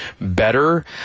better